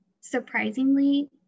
surprisingly